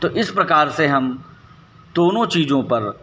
तो इस प्रकार से हम दोनों चीज़ों पर